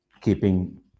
keeping